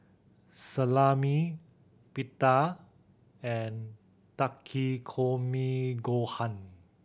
Salami Pita and Takikomi Gohan